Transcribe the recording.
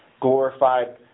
glorified